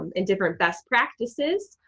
and and different best practices,